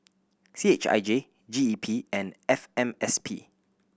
C H I J G E P and F M S P